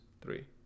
Three